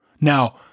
Now